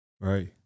right